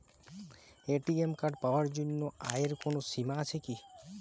ATM card পাওয়ার জন্য আয়ের কোনো সীমা আছে কি?